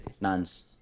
Nuns